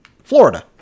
florida